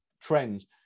trends